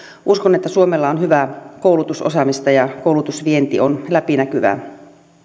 uskon että suomella on hyvää koulutusosaamista ja koulutusvienti on läpinäkyvää